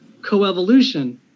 coevolution